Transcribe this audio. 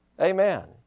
Amen